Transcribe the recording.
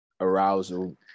arousal